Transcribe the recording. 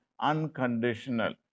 unconditional